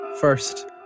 First